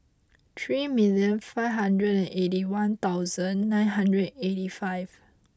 three million five hundred and eight one thousand nine hundred eighty five